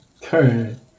turn